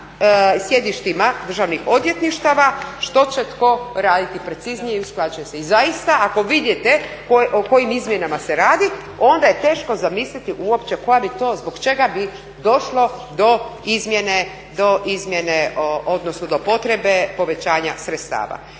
i sjedištima državnih odvjetništava što će tko raditi preciznije i usklađuje se. I zaista ako vidite o kojim izmjenama se radi onda je teško zamisliti uopće koja bi to, zbog čega bi došlo do izmjene odnosno do potrebe povećanja sredstava.